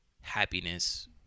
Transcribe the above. happiness